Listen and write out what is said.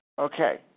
Okay